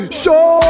show